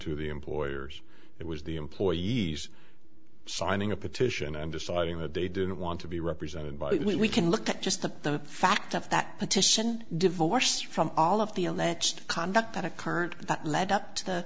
to the employers it was the employees signing a petition and deciding that they didn't want to be represented by the we can look at just the facts of that petition divorced from all of the alleged conduct that a current that led up to the